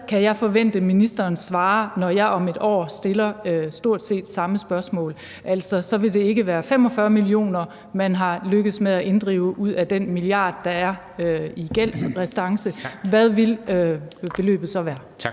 Hvad kan jeg forvente at ministeren svarer, når jeg om et år stiller stort set det samme spørgsmål? Så vil det altså ikke være 45 mio. kr., man er lykkedes med at inddrive ud af den milliard kroner, der er i gældsrestance – hvad vil beløbet så være? Kl.